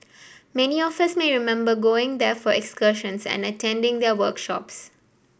many of us may remember going there for excursions and attending their workshops